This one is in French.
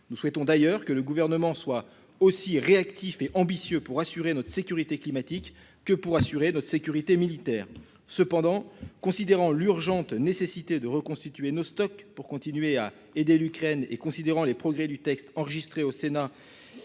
Nous souhaitons d'ailleurs que le gouvernement soit aussi réactif et ambitieux pour assurer notre sécurité climatique que pour assurer notre sécurité militaire cependant considérant l'urgente nécessité de reconstituer nos stocks pour continuer à aider l'Ukraine et considérant les progrès du texte enregistré au Sénat.